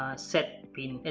set pin